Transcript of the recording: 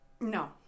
No